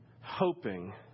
hoping